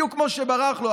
בדיוק כמו שברח לו,